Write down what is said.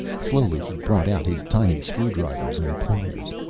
slowly he brought out his tiny screwdrivers and pliers.